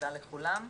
תודה לכולם.